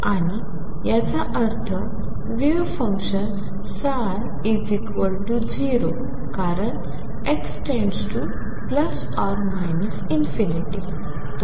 आणि याचा अर्थ वेव्ह फंक्शन ψ→0 कारण x→±∞